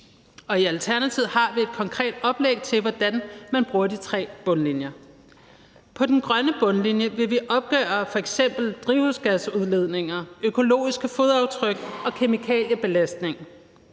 I Alternativet har vi et konkret oplæg til, hvordan man bruger de tre bundlinjer. På den grønne bundlinje vil vi f.eks. opgøre drivhusgasudledninger, økologiske fodaftryk og kemikaliebelastningen.